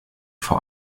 vor